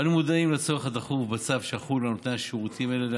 אנו מודעים לצורך הדחוף בצו שיחול על נותני השירותים האלה,